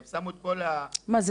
הם שמו את כל --- מה זה?